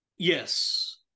Yes